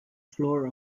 floor